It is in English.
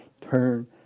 turn